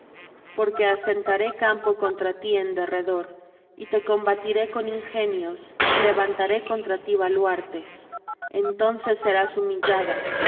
porque asentaré campo contra ti en derredor y te combatiré con ingenios y levantaré contra ti baluartes entonces serás humillada